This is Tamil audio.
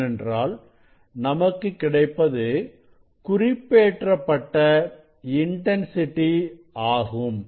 ஏனென்றால் நமக்கு கிடைப்பது குறிப்பேற்றப்பட்ட இன்டன்சிட்டி ஆகும்